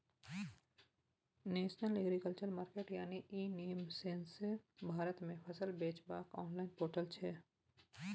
national agriculture market यानी e NAM सौंसे भारत मे फसल बेचबाक आनलॉइन पोर्टल छै